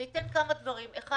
זה ייתן כמה דברים, א',